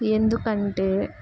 ఎందుకంటే